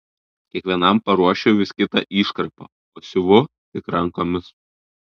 kiekvienam paruošiu vis kitą iškarpą o siuvu tik rankomis